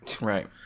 Right